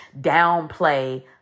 downplay